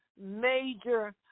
major